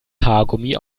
haargummi